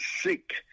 sick